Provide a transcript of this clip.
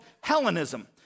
Hellenism